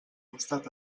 costat